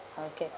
okay